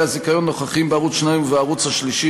הזיכיון הנוכחיים בערוץ 2 ובערוץ השלישי,